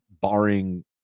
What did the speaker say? barring